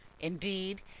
Indeed